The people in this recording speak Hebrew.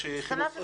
יש חינוך אוטונומי.